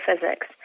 physics